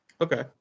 okay